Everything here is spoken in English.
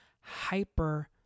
hyper-